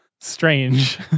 Strange